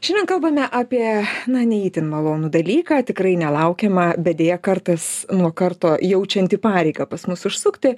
šiandien kalbame apie na ne itin malonų dalyką tikrai nelaukiamą bet deja kartas nuo karto jaučiantį pareigą pas mus užsukti